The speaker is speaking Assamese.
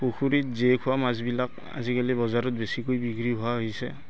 পুখুৰীত জী থোৱা মাছবিলাক আজিকালি বজাৰত বেছিকৈ বিক্ৰী হোৱা আহিছে